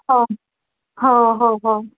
हो हो हो हो